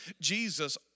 Jesus